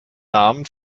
namen